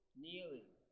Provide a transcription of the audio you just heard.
kneeling